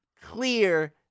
clear